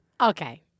Okay